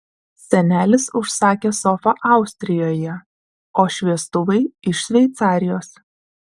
senelis užsakė sofą austrijoje o šviestuvai iš šveicarijos